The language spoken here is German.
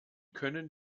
können